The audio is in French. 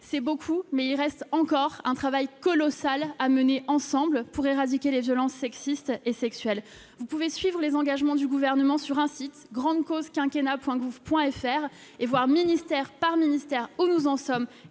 C'est beaucoup, mais il reste encore un travail colossal à mener ensemble pour éradiquer les violences sexistes et sexuelles. Vous pouvez suivre les engagements du Gouvernement sur le site grande-cause-quinquennat.gouv.fr, et voir, ministère par ministère, où nous en sommes